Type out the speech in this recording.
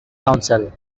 council